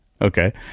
Okay